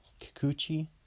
Kikuchi